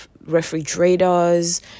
refrigerators